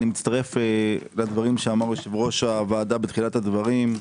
אני מצטרף לדברים שאמר יושב-ראש הוועדה בתחילת הדברים.